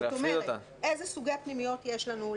איזה סוגי פנימיות יש לנו,